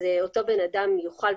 אותו בן אדם יוכל,